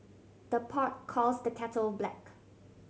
the pot calls the kettle black